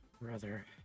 brother